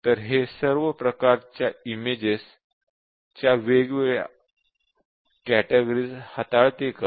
तर हे सर्व प्रकारच्या इमेजेस इमेजेस च्या वेगवेगळ्या कॅटेगरी हाताळते का